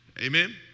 Amen